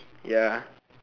ya